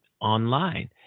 online